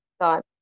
got